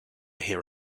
hear